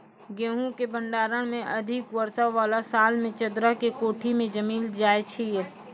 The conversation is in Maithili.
गेहूँ के भंडारण मे अधिक वर्षा वाला साल मे चदरा के कोठी मे जमीन जाय छैय?